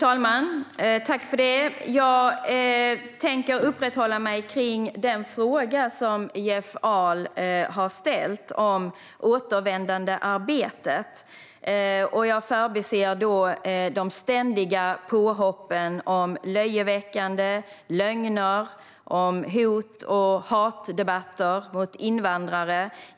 Fru talman! Jag tänker uppehålla mig kring den fråga som Jeff Ahl har ställt om återvändandearbetet. Jag förbiser de ständiga påhoppen om löjeväckande och om lögner och hot och hatdebatterna mot invandrare.